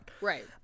Right